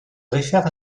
réfèrent